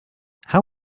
how